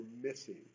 missing